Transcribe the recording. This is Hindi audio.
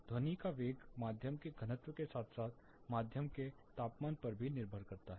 ध्वनि का वेग माध्यम के घनत्व के साथ साथ माध्यम के तापमान पर निर्भर करता है